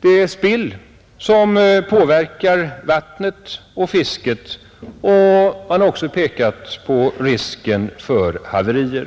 det värmespill som påverkar vattnet och fisket, och man har också pekat på risken för haverier.